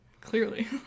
clearly